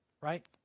right